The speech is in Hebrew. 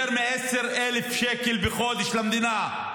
יותר מ-10,000 שקל בחודש למדינה.